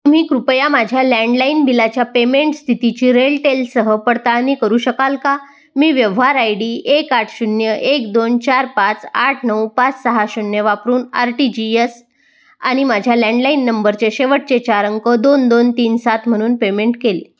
तुम्ही कृपया माझ्या लँडलाईन बिलाच्या पेमेंट स्थितीची रेलटेलसह परडताळणी करू शकाल का मी व्यव्हहार आय डी एक आठ शून्य एक दोन चार पाच आठ नऊ पाच सहा शून्य वापरून आर टी जी यस आणि माझ्या लँडलाईन नंबरचे शेवटचे चार अंक दोन दोन तीन सात म्हणून पेमेंट केले